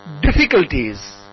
difficulties